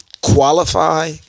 qualify